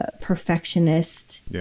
perfectionist